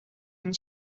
and